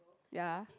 ya